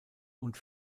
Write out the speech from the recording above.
und